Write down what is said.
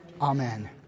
amen